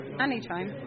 anytime